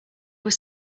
were